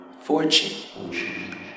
Fortune